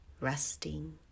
resting